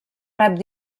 rep